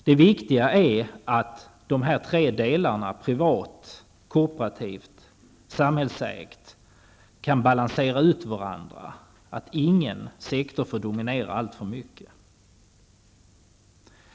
Det viktiga är att de här tre delarna, privat, kooperativt och samhällsägt, kan balansera varandra så att ingen sektor får dominera alltför mycket.